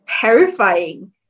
terrifying